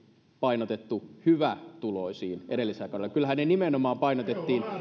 painotettu hyvätuloisiin edellisellä kaudella kyllähän ne nimenomaan painotettiin